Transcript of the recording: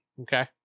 Okay